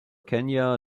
kenya